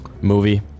movie